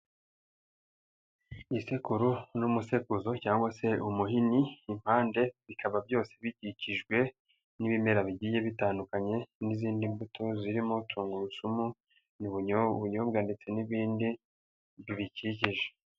Isekuru n'umusekuzo cyangwa se umuhini, impande bikaba byose bikikijwe n'ibimera bigiye bitandukanye n'izindi mbuto zirimo tungurusumu, ubunyobwa ndetse n'ibindi bibikikije.